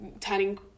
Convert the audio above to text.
turning